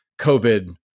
COVID